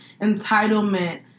entitlement